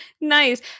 Nice